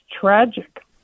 tragic